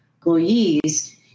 employees